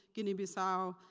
guinea-bissau, so